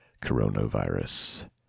coronavirus